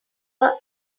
our